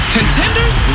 Contenders